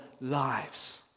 lives